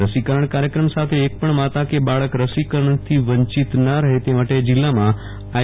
રસીકરણ કાર્યક્રમ સાથે એક પણ માતા કે બાળક રસીકરણ થી વંચિતના રહે તે માટે જીલ્લામાં આઈ